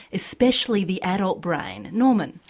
especially the adult brain. norman.